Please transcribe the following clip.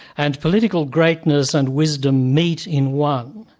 and political greatness and wisdom meet in one,